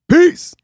Peace